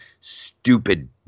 stupid